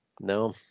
No